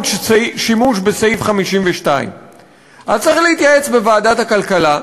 שימוש בסעיף 52. אז צריך להתייעץ בוועדת הכלכלה.